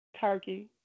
turkey